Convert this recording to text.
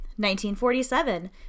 1947